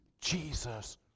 Jesus